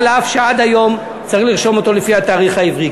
אף-על-פי שעד היום צריך לרשום אותו לפי התאריך העברי?